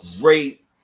great